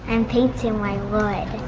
and painting my wood.